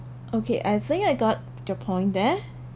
okay I think I got your point there